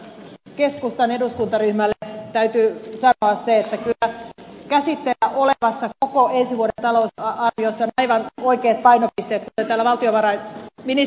kyllä tässä keskustan eduskuntaryhmälle täytyy sanoa se että kyllä käsitteillä olevassa koko ensi vuoden talousarviossa ovat aivan oikeat painopisteet kuten täällä valtiovarainministerikin totesi